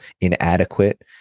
inadequate